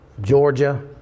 Georgia